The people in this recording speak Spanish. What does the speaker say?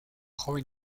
joven